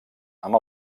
amb